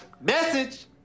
Message